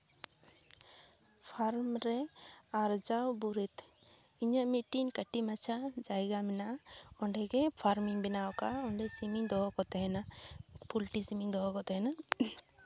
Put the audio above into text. farm ᱨᱮ ᱟᱨᱡᱟᱣ ᱫᱩᱨᱤᱵᱽ ᱤᱧᱟᱹᱜ ᱢᱤᱫᱴᱤᱡ ᱠᱟᱹᱴᱤᱡ ᱢᱟᱪᱷᱟ ᱡᱟᱭᱜᱟ ᱢᱮᱱᱟᱜᱼᱟ ᱚᱸᱰᱮᱜᱮ ᱯᱷᱟᱨᱢᱤᱧ ᱵᱮᱱᱟᱣ ᱠᱟᱜᱼᱟ ᱚᱸᱰᱮ ᱥᱤᱢᱤᱧ ᱫᱚᱦᱚ ᱠᱚ ᱛᱮᱦᱮᱱᱟ ᱯᱳᱞᱴᱤ ᱥᱤᱢᱤᱧ ᱫᱚᱦᱚ ᱠᱚ ᱛᱮᱦᱮᱱᱟ